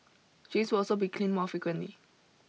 drains will also be cleaned more frequently